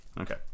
okay